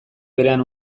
berean